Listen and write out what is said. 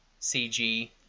cg